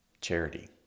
charity